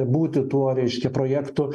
būti tuo reiškia projektu